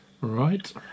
Right